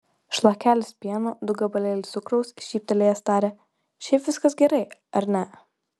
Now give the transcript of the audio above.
šlakelis pieno du gabalėliai cukraus šyptelėjęs tarė šiaip viskas gerai ar ne